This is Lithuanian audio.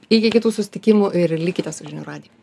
iki kitų susitikimų ir likite su žinių radiju